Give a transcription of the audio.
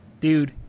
dude